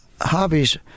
Hobbies